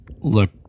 look